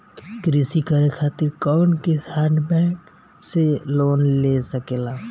कृषी करे खातिर कउन किसान बैंक से लोन ले सकेला?